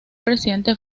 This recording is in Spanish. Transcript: presidente